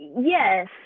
Yes